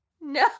No